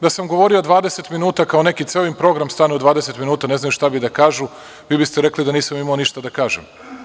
Da sam govorio 20 minuta, kao neki, ceo im program stane u 20 minuta ne znaju šta bi da kažu, vi biste rekli da nisam imao ništa da kažem.